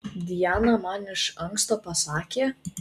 diana man iš anksto pasakė